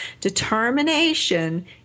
Determination